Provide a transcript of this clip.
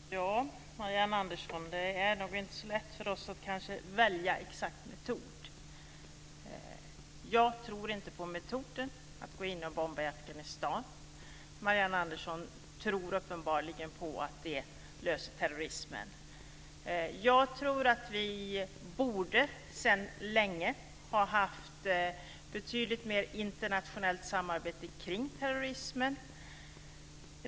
Fru talman! Ja, Marianne Andersson, det är nog inte så lätt för oss att välja en exakt metod. Jag tror inte på metoden att bomba i Afghanistan. Marianne Andersson tror uppenbarligen på att det löser problemet med terrorismen. Jag tror att vi sedan länge borde ha haft betydligt mer internationellt samarbete kring terrorismen.